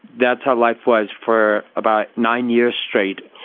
that's how life was for about nine years straight.